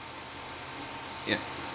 ya